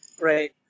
Right